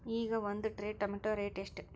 ಈಗ ಒಂದ್ tray tomato rate ಎಷ್ಟ?